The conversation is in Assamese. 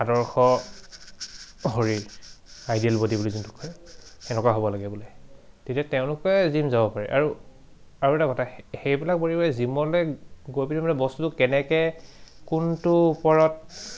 আদৰ্শ শৰীৰ আইডিয়েল বডি বুলি যোনটো কয় তেনেকুৱা হ'ব লাগে বোলে তেতিয়া তেওঁলোকে জিম যাব পাৰে আৰু আৰু এটা কথা সেইবিলাক বডি মানে জিমলৈ গৈ পেলাই মানে বস্তুটো কেনেকৈ কোনটো ওপৰত